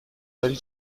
داری